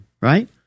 right